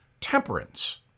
temperance